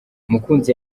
mukunzi